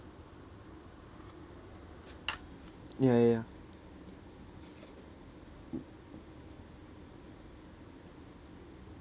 ya ya ya